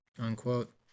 unquote